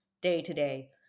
day-to-day